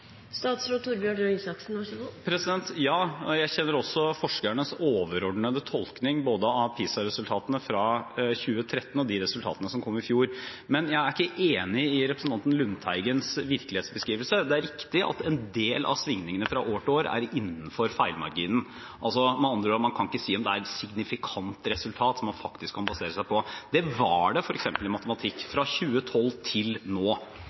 også forskernes overordnede tolkning av både PISA-resultatene fra 2013 og av de resultatene som kom i fjor. Men jeg er ikke enig i representanten Lundeteigens virkelighetsbeskrivelse. Det er riktig at en del av svingningene fra år til år er innenfor feilmarginen. Med andre ord, man kan ikke si om det er et signifikant resultat som man faktisk kan basere seg på. Det var det f.eks. i matematikk fra 2012 til nå.